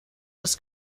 das